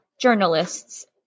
journalists